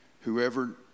Whoever